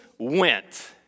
Went